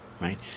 right